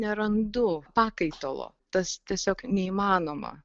nerandu pakaitalo tas tiesiog neįmanoma